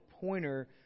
pointer